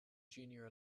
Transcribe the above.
junior